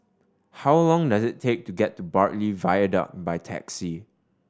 how long does it take to get to Bartley Viaduct by taxi